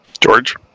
George